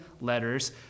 letters